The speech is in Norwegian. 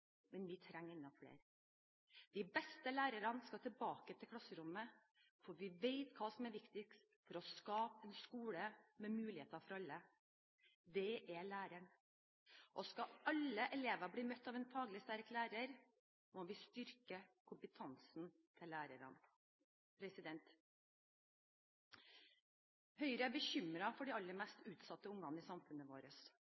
men vi trenger enda flere. De beste lærerne skal tilbake til klasserommet, for vi vet hva som er viktigst for å skape en skole med muligheter for alle: Det er læreren. Skal alle elever bli møtt av en faglig sterk lærer, må vi styrke kompetansen til lærerne. Høyre er bekymret for de aller